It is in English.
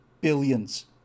billions